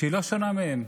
שהיא לא שונה מהם,